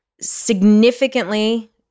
significantly